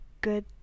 good